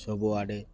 ସବୁଆଡ଼େ